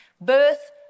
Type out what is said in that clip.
birth